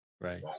Right